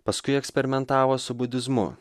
paskui eksperimentavo su budizmu